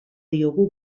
diogu